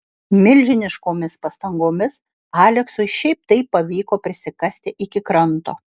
milžiniškomis pastangomis aleksui šiaip taip pavyko prisikasti iki kranto